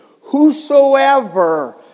Whosoever